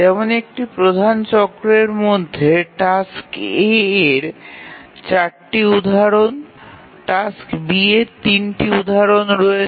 যেমন একটি প্রধান চক্রের মধ্যে টাস্ক A এর ৪ টি উদাহরণ টাস্ক B এর ৩ টি উদাহরণ রয়েছে